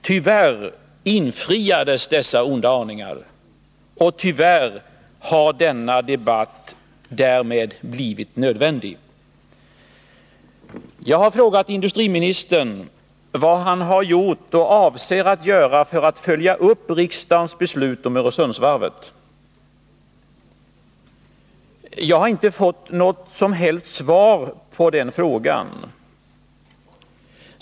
Tyvärr infriades dessa onda aningar, och tyvärr har denna debatt därmed blivit nödvändig. Jag har frågat industriministern vad han har gjort och avser att göra för att följa upp riksdagens beslut om Öresundsvarvet. Jag har inte fått något som helst svar på den frågan.